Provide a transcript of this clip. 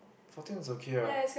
fourteen is okay ah